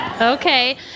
Okay